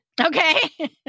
Okay